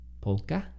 Polka